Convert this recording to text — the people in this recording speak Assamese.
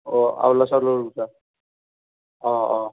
অঁ আৰৈ চাউলৰ গুড়া অঁ অঁ